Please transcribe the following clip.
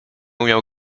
umiał